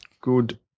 Good